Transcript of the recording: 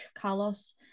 Carlos